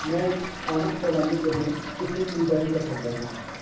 ਮੈਂ ਇੱਕ ਸਥਾਨਕ ਸੈਲਾਨੀ ਵਜੋਂ ਕਿੱਥੇ ਖਰੀਦਦਾਰੀ ਕਰ ਸਕਦਾ ਹਾਂ